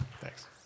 Thanks